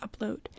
upload